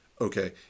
okay